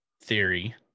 theory